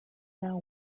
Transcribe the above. now